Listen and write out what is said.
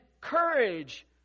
courage